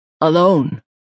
alone